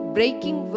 Breaking